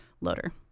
loader